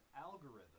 algorithm